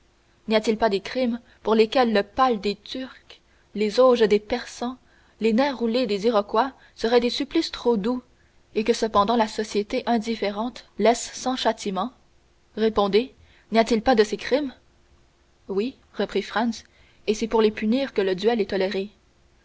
n'y a-t-il pas des crimes pour lesquels le pal des turcs les auges des persans les nerfs roulés des iroquois seraient des supplices trop doux et que cependant la société indifférente laisse sans châtiment répondez n'y a-t-il pas de ces crimes oui reprit franz et c'est pour les punir que le duel est toléré